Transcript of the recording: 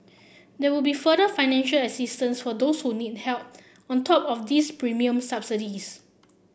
there will be further financial assistance for those who need help on top of these premium subsidies